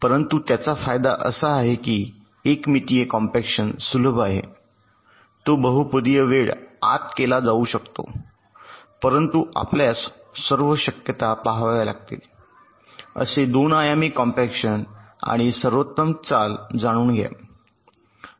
परंतु त्याचा फायदा असा आहे की एक मितीय कॉम्पॅक्शन सुलभ आहे तो बहुपदीय वेळ आत केला जाऊ शकतो परंतु आपल्यास सर्व शक्यता पहाव्या लागतील असे 2 आयामी कॉम्पॅक्शन आणि सर्वोत्तम चाल जाणून घ्या